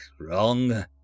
wrong